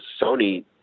Sony